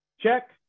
check